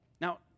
Now